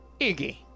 Iggy